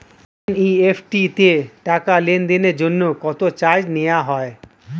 NEFT তে টাকা লেনদেনের জন্য কত চার্জ নেয়া হয়?